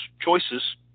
choices